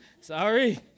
sorry